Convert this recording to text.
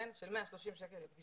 כן של 130 לפגישה.